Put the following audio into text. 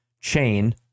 chain